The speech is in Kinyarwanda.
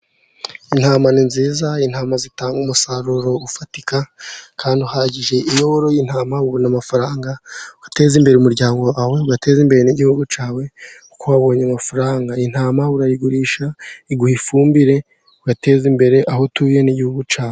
Intama ni nziza，intama zitanga umusaruro ufatika kandi uhagije. Iyo woroye intama， ubona amafaranga ugateze imbere umuryango wawe， ugateze imbere n'igihugu cyawe kuko wabonye amafaranga. Intama urayigurisha， iguha ifumbire ugateze imbere aho utuye n'igihugu cyawe.